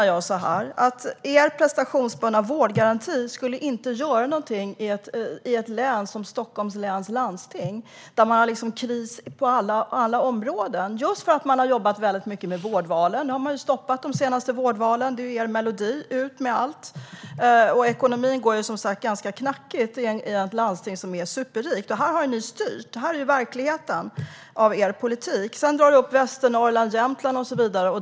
Jag menar att er prestationsbundna vårdgaranti inte skulle göra någonting i ett landsting som Stockholms läns landsting där det är kris på alla områden just för att man har jobbat mycket med vårdvalen. Er melodi är ju: Ut med allt! Ekonomin går ganska knackigt i ett landsting som är superrikt. Här har ni styrt, och det här är verkligheten som skapas av er politik. Du drar upp Västernorrland och Jämtland och så vidare.